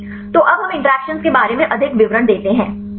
तो अब हम इंटरैक्शन के बारे में अधिक विवरण देते हैं